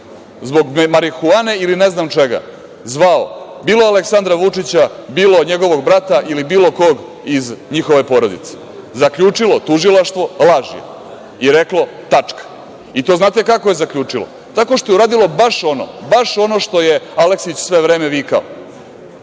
zbog marihuane ili ne znam čega, zvao bilo Aleksandra Vučića, bilo njegovog brata ili bilo kog iz njihove porodice. Zaključilo tužilaštvo da je laž i reklo – tačka. Znate kako je zaključilo? Tako što je uradilo baš ono što je Aleksić sve vreme vikao